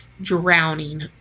drowning